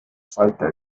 falta